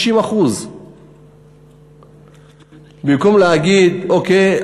60%. במקום להגיד: אוקיי,